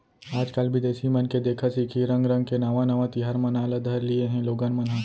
आजकाल बिदेसी मन के देखा सिखी रंग रंग के नावा नावा तिहार मनाए ल धर लिये हें लोगन मन ह